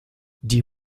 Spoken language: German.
die